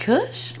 Kush